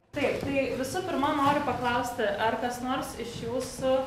taip tai visų pirma noriu paklausti ar kas nors iš jūsų